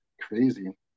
Crazy